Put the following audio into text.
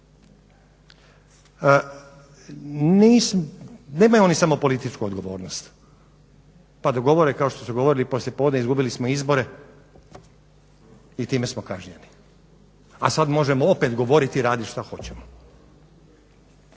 Nemaju oni samo političku odgovornost, pa da govore kao što su govorili poslije podne izgubili smo izbore i time smo kažnjeni, a sad možemo opet govoriti i raditi što hoćemo.